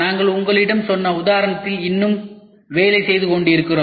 நாங்கள் உங்களிடம் சொன்ன உதாரணத்தில் என்னும் வேலை செய்துகொண்டிருக்கிறோம்